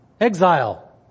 Exile